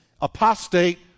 apostate